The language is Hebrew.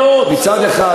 כהן,